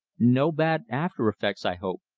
no bad after-effects, i hope?